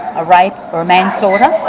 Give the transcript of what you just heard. a rape or a manslaughter,